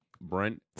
Brent